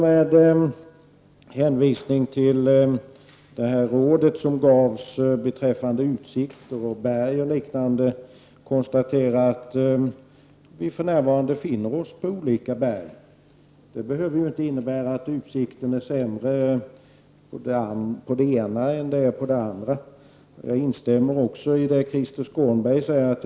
Med hänvisning till det råd som gavs beträffande utsikten från berget, konstaterar jag att vi för närvarande befinner oss på olika berg. Det behöver inte innebära att utsikten är sämre från det ena berget än från det andra. Jag instämmer också i det som Krister Skånberg sade.